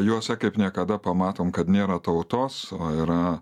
juose kaip niekada pamatom kad nėra tautos o yra